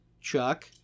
Chuck